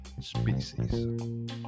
species